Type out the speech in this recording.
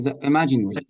Imagine